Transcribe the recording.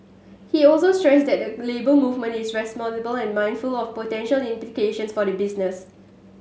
he also stressed that the Labour Movement is responsible and mindful of potential implications for the business